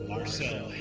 Marcel